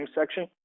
section